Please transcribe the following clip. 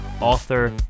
author